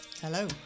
Hello